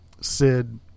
sid